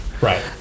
Right